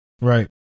Right